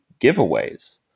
giveaways